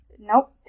Nope